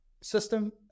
system